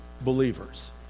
believers